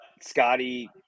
Scotty